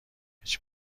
هیچ